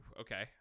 Okay